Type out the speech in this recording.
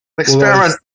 Experiment